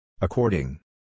According